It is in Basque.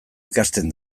ikasten